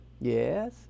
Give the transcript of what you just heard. Yes